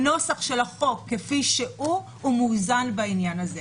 הנוסח של החוק כפי שהוא, מאוזן בעניין הזה.